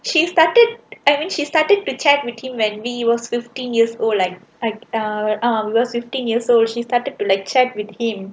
she started I mean she started to chat with him when we was fifteen years old like um um we were fifteen years old she started to like chat with him